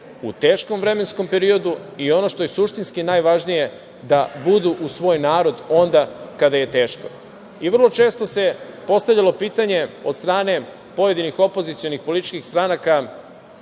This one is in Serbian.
u teškom vremenskom periodu i ono što je suštinski najvažnije, da budu uz svoj narod onda kada je teško. Vrlo često se postavljalo pitanje od strane pojedinih opozicionih političkih stranaka,